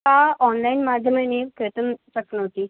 सा आन्लैन् माध्यमेन क्रयतुं शक्नोति